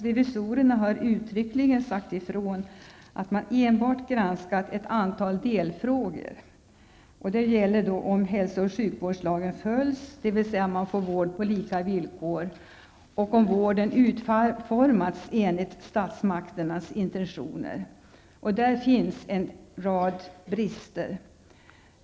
Revisorerna har uttryckligen sagt ifrån att de har granskat enbart ett antal delfrågor, t.ex. om hälso och sjukvårdslagen följs, dvs. om människor får vård på lika villkor och om vården har utformats enligt statsmakternas intentioner. Och i detta sammanhang finns en rad brister.